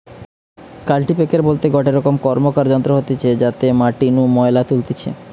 কাল্টিপ্যাকের বলতে গটে রকম র্কমকার যন্ত্র হতিছে যাতে মাটি নু ময়লা তুলতিছে